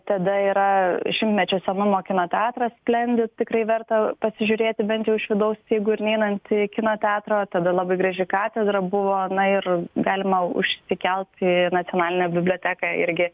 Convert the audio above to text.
tada yra šimtmečio senumo kino teatras splendid tikrai verta pasižiūrėti bent jau iš vidaus jeigu ir neinant į kino teatrą o tada labai graži katedra buvo na ir galima užsikelt į nacionalinę biblioteką irgi